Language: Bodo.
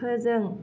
फोजों